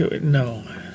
No